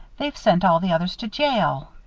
they've sent all the others to jail.